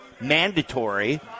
mandatory